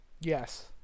yes